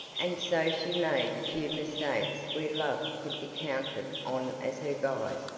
and so she made few mistakes where love could be counted on as her guide.